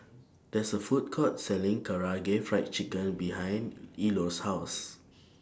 There IS A Food Court Selling Karaage Fried Chicken behind Ilo's House